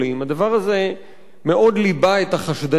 הדבר הזה ליבה מאוד את החשדנות,